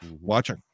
watching